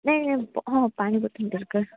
ନାଇଁ ନାଇଁ ହଁ ପାଣି ବୋତଲ୍ ଦରକାର